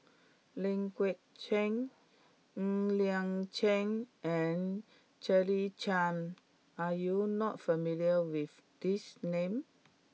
Ling Geok Choon Ng Liang Chiang and Claire Chiang are you not familiar with these names